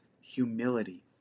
humility